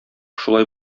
шулай